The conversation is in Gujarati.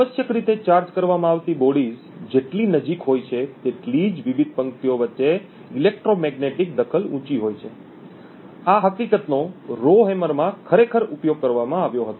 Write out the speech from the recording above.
આવશ્યક રીતે ચાર્જ કરવામાં આવતી બોડીઝ જેટલી નજીક હોય છે તેટલી જ વિવિધ પંક્તિઓ વચ્ચે ઇલેક્ટ્રોમેગ્નેટિક દખલ ઉંચી હોય છે આ હકીકત નો રોહેમરમાં ખરેખર ઉપયોગ કરવામાં આવ્યો હતો